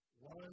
One